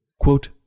Quote